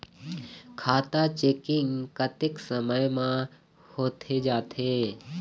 खाता चेकिंग कतेक समय म होथे जाथे?